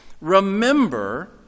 remember